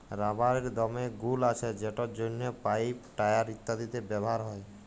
রাবারের দমে গুল্ আছে যেটর জ্যনহে পাইপ, টায়ার ইত্যাদিতে ব্যাভার হ্যয়